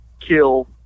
kill